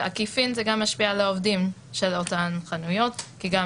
בעקיפין זה גם משפיע על העובדים של אותן חנויות כי גם